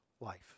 life